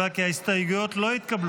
אני קובע כי ההסתייגויות לא התקבלו.